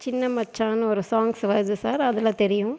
சின்ன மச்சான்னு ஒரு சாங்ஸ் வருது சார் அதில் தெரியும்